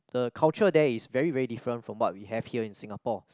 the culture there is very very different from what we have here in Singapore